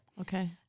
Okay